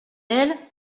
elle